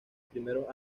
primeros